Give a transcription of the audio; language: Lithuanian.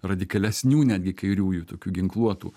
radikalesnių netgi kairiųjų tokių ginkluotų